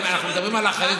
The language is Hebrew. אם אנחנו מדברים על האחריות,